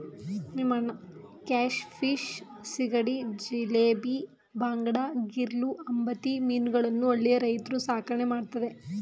cat fish, ಸೀಗಡಿ, ಜಿಲೇಬಿ, ಬಾಂಗಡಾ, ಗಿರ್ಲೂ, ಅಂಬತಿ ಮೀನುಗಳನ್ನು ಹಳ್ಳಿಯ ರೈತ್ರು ಸಾಕಣೆ ಮಾಡ್ತರೆ